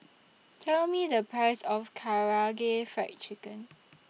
Tell Me The Price of Karaage Fried Chicken